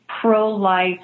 pro-life